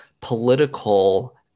political